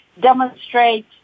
demonstrate